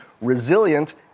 resilient